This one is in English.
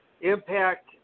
Impact